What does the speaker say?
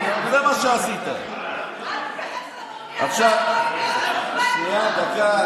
אל תדבר כמו כלכלן,